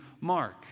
Mark